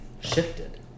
shifted